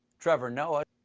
trevor noah.